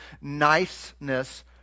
niceness